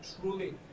truly